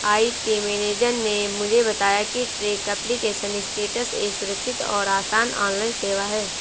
IT manager ने मुझे बताया की ट्रैक एप्लीकेशन स्टेटस एक सुरक्षित और आसान ऑनलाइन सेवा है